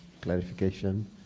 clarification